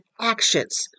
actions